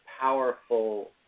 powerful